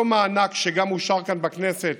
אותו מענק שגם אושר כאן בכנסת